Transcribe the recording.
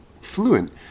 fluent